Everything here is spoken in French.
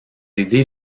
idées